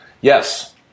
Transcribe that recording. Yes